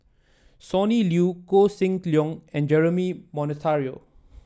Sonny Liew Koh Seng Leong and Jeremy Monteiro